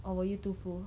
or were you too full